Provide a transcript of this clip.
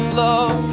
love